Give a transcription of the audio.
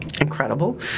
Incredible